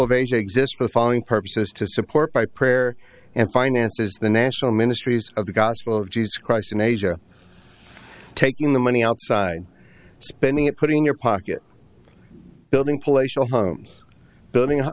asia exist with falling purposes to support by prayer and finances the national ministries of the gospel of jesus christ in asia taking the money outside spending it putting your pocket building palatial homes building up